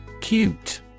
Cute